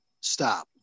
stop